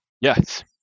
Yes